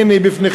הנה היא לפניכם,